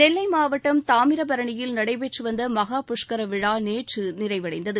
நெல்லை மாவட்டம் தாமிரபரணியில் நடைபெற்று வந்த மகா புஷ்கரம் விழா நேற்று நிறைவடைந்தது